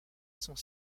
sont